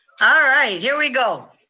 ah right, here we go.